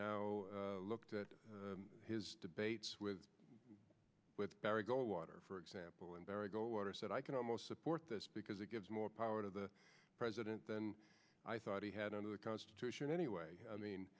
now looked at his debates with barry goldwater for example and barry goldwater said i can almost support this because it gives more power to the president than i thought he had under the constitution anyway i mean